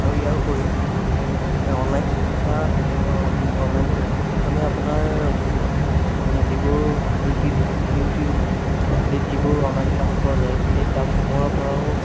আৰু ইয়াৰ ওপৰি অনলাইন শিক্ষা অনলাইন প্ৰশিক্ষণে আপোনাৰ যিবোৰ ইউটিব ইউটিউব আদিত যিবোৰ অনলাইন ক্লাছ পোৱা যায় সেই ক্লাছসমূহৰ পৰাও